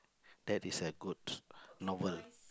that is a good novel